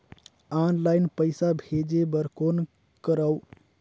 Online पईसा भेजे बर कौन करव?